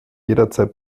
jederzeit